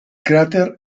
cráter